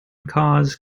cause